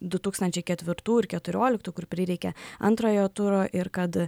du tūkstančiai ketvirtų ir keturioliktų kur prireikė antrojo turo ir kad